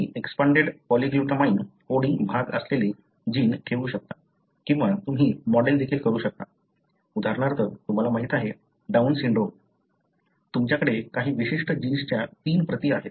तुम्ही expanded polyglutamine coding भाग असलेले जीन ठेवू शकता किंवा तुम्ही मॉडेल देखील करू शकता उदाहरणार्थ तुम्हाला माहीत आहे डाउन सिंड्रोम तुमच्याकडे काही विशिष्ट जीन्सच्या तीन प्रती आहेत